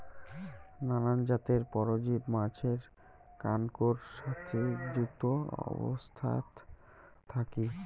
নানান জাতের পরজীব মাছের কানকোর সাথি যুত অবস্থাত থাকি